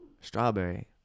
Strawberry